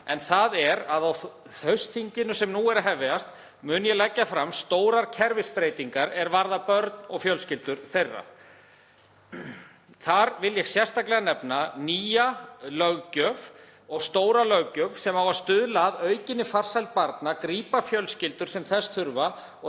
verkefna. Á haustþingi sem nú er að hefjast mun ég leggja fram stórar kerfisbreytingar er varða börn og fjölskyldur þeirra. Þar vil ég sérstaklega nefna nýja og stóra löggjöf sem á að stuðla að aukinni farsæld barna, grípa fjölskyldur sem þess þurfa og